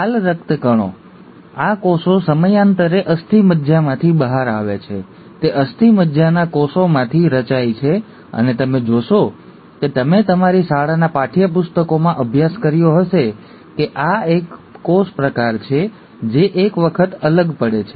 લાલ રક્તકણો આ કોષો સમયાંતરે અસ્થિમજ્જામાંથી બહાર આવે છે તે અસ્થિમજ્જાના કોષોમાંથી રચાય છે અને તમે જોશો કે તમે તમારી શાળાના પાઠયપુસ્તકોમાં અભ્યાસ કર્યો હશે કે આ એક કોષ પ્રકાર છે જે એક વખત અલગ પડે છે